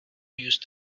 used